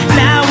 now